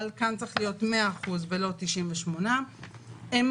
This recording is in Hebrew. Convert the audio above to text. אבל כאן צריך להיות מאה אחוז ולא 98%. הם